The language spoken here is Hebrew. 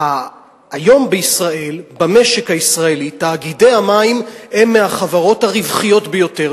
היום במשק הישראלי תאגידי המים הם מהחברות הרווחיות ביותר.